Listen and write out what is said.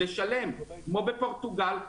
לשלם כמו בפורטוגל,